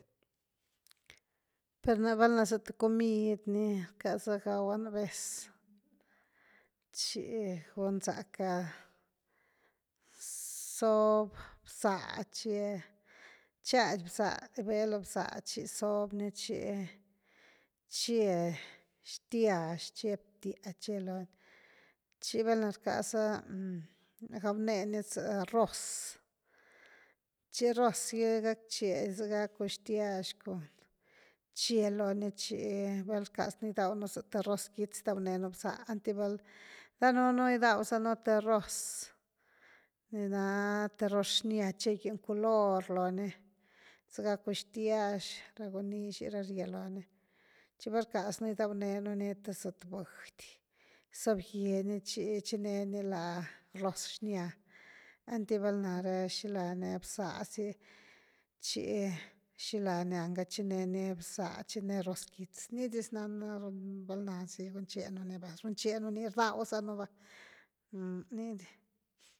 Per na val’na za th comid ni rcaza gawa nú vez, tchi gu zacka zob bza tchi chady bza, gibe lo bzá tchi zob ni chi chie xtiax, che btiá tche lo ni tchi velna rckaza gaw ne ni za roz, chi roz gy gackche zëga cun xtyax cun, ché loni tchi valna rckaz nú gidaw nú za th roz quitz gidaw nee nu bza enity val, danunú gidaw za nú th arroz ni na th roz xnya, ché giny color lo ni zega cun xtyax ra cuan nixi ra rie looni, chi val rckaz nú gidaw nénuni th zëtbudy zob gye ni tchi chineni la roz xnya, einty val nare xila ni bzá sy tchi xila ni anga chineni bza, chi né roz quitz nii diz nana valna gunche nú ni, runche nú ni rdaw za nú va, ¡ah! Ni-ni.